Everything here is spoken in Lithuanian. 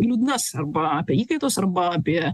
liūdnas arba apie įkaitus arba apie